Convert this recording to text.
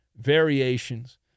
variations